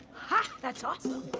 ha, that's awesome.